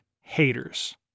haters